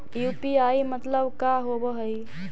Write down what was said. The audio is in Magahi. यु.पी.आई मतलब का होब हइ?